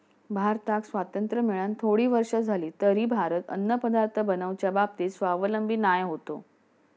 भारताक स्वातंत्र्य मेळान थोडी वर्षा जाली तरी भारत अन्नपदार्थ बनवच्या बाबतीत स्वावलंबी नाय होतो